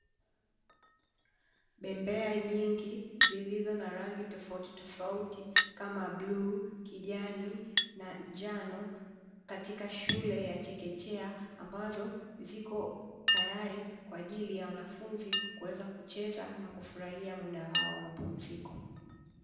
Bembea nyingi zilizo na rangi tofautitofauti kama bluu, kijani na njano. Katika shule ya chekechea ambazo ziko tayari, kwa ajili ya wanafunzi kuweza kucheza na kufurahia muda wao wa mapumziko.